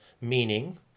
meaning